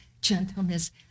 gentleness